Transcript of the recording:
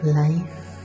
life